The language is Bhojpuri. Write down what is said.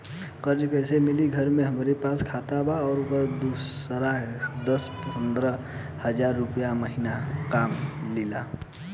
कर्जा कैसे मिली घर में हमरे पास खाता बा आपन दुकानसे दस पंद्रह हज़ार रुपया महीना कमा लीला?